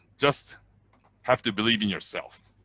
just have to believe in yourself.